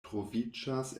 troviĝas